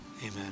amen